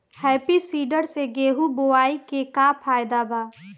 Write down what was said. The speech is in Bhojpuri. हैप्पी सीडर से गेहूं बोआई के का फायदा बा?